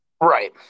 Right